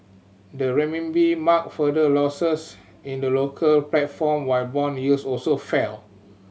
the Renminbi marked further losses in the local platform while bond yields also fell